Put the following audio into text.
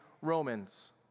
Romans